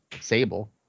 Sable